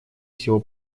всего